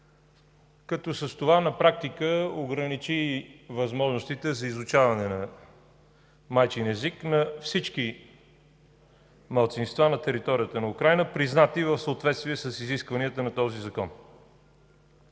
като с това на практика ограничи възможностите за изучаване на майчин език на всички малцинства на територията на Украйна, признати в съответствие с изискванията на този Закон.